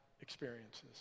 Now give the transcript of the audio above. experiences